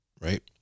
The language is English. right